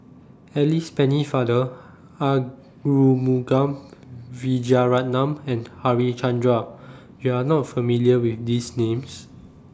Alice Pennefather Arumugam Vijiaratnam and Harichandra YOU Are not familiar with These Names